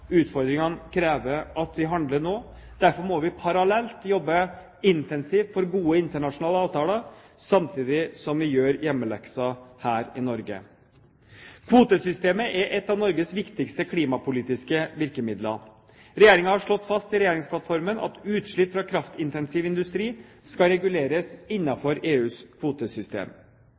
Utfordringene krever at vi handler nå. Derfor må vi parallelt jobbe intensivt for gode internasjonale avtaler, samtidig som vi gjør hjemmeleksen vår her i Norge. Kvotesystemet er ett av Norges viktigste klimapolitiske virkemidler. Regjeringen har slått fast i regjeringsplattformen at utslipp fra kraftintensiv industri skal reguleres innenfor EUs kvotesystem.